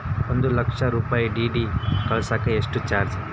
ಒಂದು ಲಕ್ಷ ರೂಪಾಯಿ ಡಿ.ಡಿ ಕಳಸಾಕ ಎಷ್ಟು ಚಾರ್ಜ್?